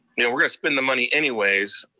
mean, we're gonna spend the money anyways.